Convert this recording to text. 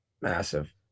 massive